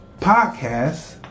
Podcast